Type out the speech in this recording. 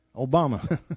Obama